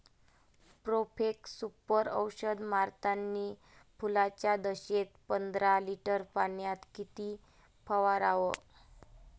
Profex Super औषध मारतानी फुलाच्या दशेत पंदरा लिटर पाण्यात किती फवाराव?